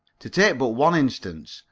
to take but one instance,